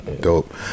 dope